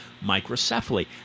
microcephaly